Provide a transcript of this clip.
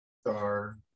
star